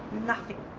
nothing!